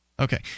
Okay